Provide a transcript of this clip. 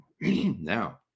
Now